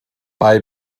bei